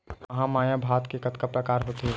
महमाया भात के कतका प्रकार होथे?